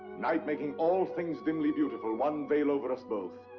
night making all things dimly beautiful, one veil over us both.